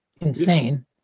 insane